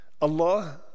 Allah